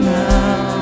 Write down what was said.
now